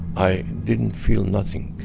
i didn't feel nothing.